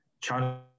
China –